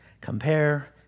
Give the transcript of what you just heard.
compare